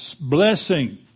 blessing